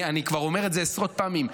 אני כבר אומר את זה עשרות פעמים,